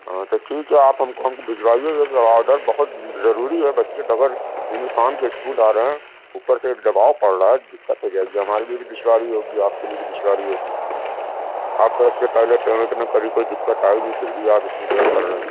ہاں تو ٹھیک ہے آپ ہم کو ہم کو بھجوائیے گا آڈر بہت ضروری ہے بچے بغیر یونیفام كے اسكول آ رہے ہیں اُوپر سے ایک دباؤ پڑ رہا ہے دقت ہو جائے گی ہمارے لیے بھی دشواری ہوگی آپ کے لیے بھی دشواری ہوگی آپ كا اِس سے پہلے پیمنٹ میں کبھی کوئی دقت آئی نہیں پھر بھی آپ اتنی دیر کر رہے ہیں